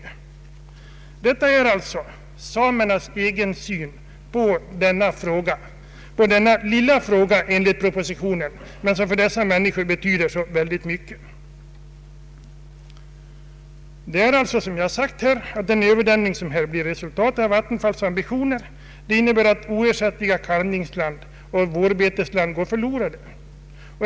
Detta är alltså samernas egen syn på denna fråga som enligt propositionen är en liten fråga. För dessa människor betyder den dock oerhört mycket. Som jag sagt innebär den överdämning som blir resultatet av vattenfallsstyrelsens ambitioner att oersättliga kalvningsland och vårbetesland går förlorade.